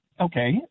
Okay